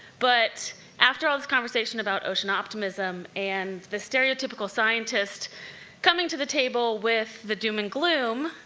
but after all this conversation about ocean optimism, and the stereotypical scientist coming to the table with the doom and gloom,